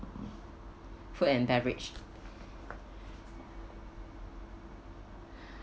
food and beverage